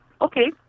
okay